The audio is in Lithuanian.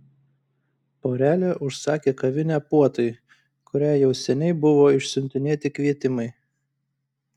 porelė užsakė kavinę puotai kuriai jau seniai buvo išsiuntinėti kvietimai